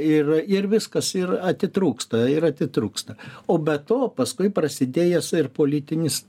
ir ir viskas ir atitrūksta ir atitrūksta o be to paskui prasidėjęs ir politinis